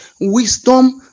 wisdom